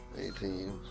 eighteen